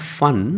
fun